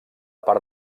part